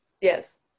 yes